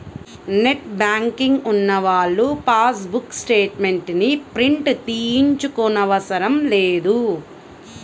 net banking ఉన్నవాళ్ళు passbook statements ని print తీయించుకోనవసరం లేదు